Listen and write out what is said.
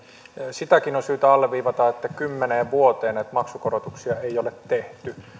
sitäkin on syytä alleviivata että kymmeneen vuoteen näitä maksukorotuksia ei ole tehty